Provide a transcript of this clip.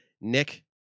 Nick